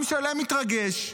עם שלם התרגש,